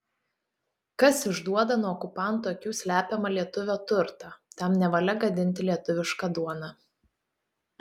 kas išduoda nuo okupantų akių slepiamą lietuvio turtą tam nevalia gadinti lietuvišką duoną